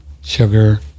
sugar